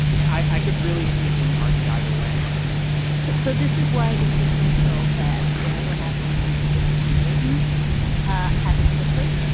and i could really see it being argued either way so so this is why it's essential that whatever happens next with john bolton ah happened quickly